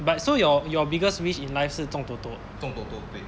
but so your your biggest wish in life 是中 toto ah